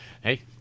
Hey